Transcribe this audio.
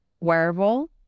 wearable